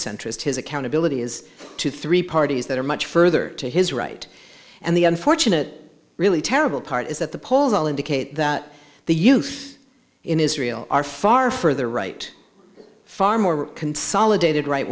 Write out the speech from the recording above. centrist his accountability is to three parties that are much further to his right and the unfortunate really terrible part is that the polls all indicate that the youth in israel are far further right far more consolidated right